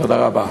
תודה רבה.